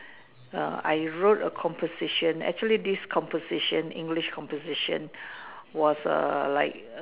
err I wrote a composition actually this composition English composition was a like a